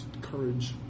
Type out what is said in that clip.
courage